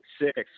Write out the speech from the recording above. six